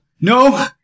No